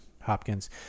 Hopkins